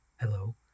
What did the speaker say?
Hello